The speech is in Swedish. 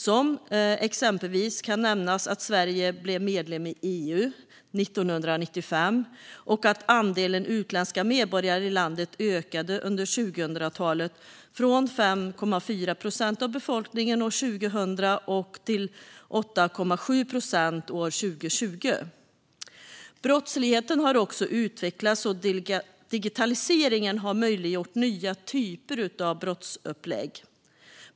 Som exempel kan nämnas att Sverige blev medlem i EU 1995 och att andelen utländska medborgare i landet ökade under 2000-talet från 5,4 procent av befolkningen år 2000 till 8,7 procent år 2020. Brottsligheten har också utvecklats, och digitaliseringen har möjliggjort nya typer av brottsupplägg.